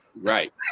Right